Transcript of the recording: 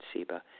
Siba